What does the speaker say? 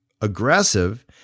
aggressive